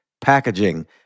packaging